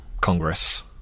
Congress